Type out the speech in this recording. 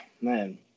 Man